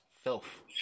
Filth